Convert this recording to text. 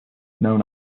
known